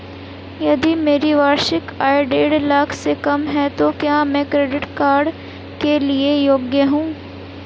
यदि मेरी वार्षिक आय देढ़ लाख से कम है तो क्या मैं क्रेडिट कार्ड के लिए योग्य हूँ?